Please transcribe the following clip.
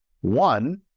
One